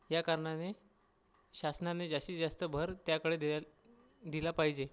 या कारणाने शासनाने जास्तीत जास्त भर त्याकडे दिला पाहिजे